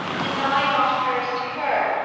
deny not hers to her,